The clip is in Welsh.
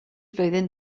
flwyddyn